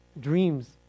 dreams